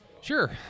Sure